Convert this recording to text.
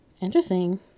Interesting